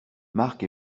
marc